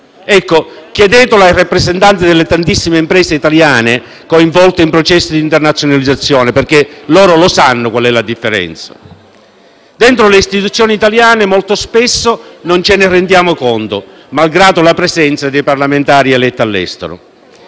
Ecco, chiedetelo ai rappresentanti delle tantissime imprese italiane coinvolte in processi di internazionalizzazione perché loro sanno qual è la differenza. Dentro le istituzioni italiane molto spesso non ce ne rendiamo conto, malgrado la presenza dei parlamentari eletti all'estero.